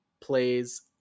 plays